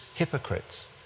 hypocrites